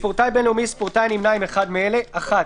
זרה והמשתתפת בתחרות או במשחק מול